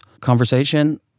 conversation